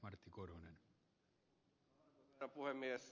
arvoisa herra puhemies